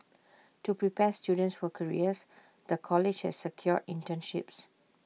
to prepare students for careers the college has secured internships